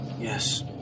Yes